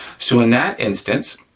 so in that instance,